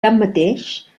tanmateix